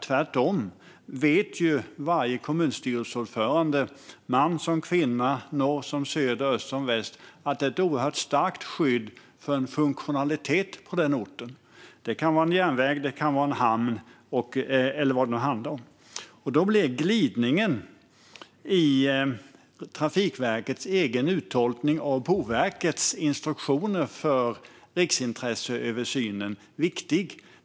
Tvärtom vet varje kommunstyrelseordförande, man som kvinna, i norr och söder, i öst och väst, att det är ett oerhört starkt skydd för en funktionalitet på orten. Det kan vara en järnväg, en hamn eller något annat. Därför blir glidningen i Trafikverkets uttolkning av Boverkets instruktioner för riksintresseöversynen viktig.